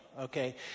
Okay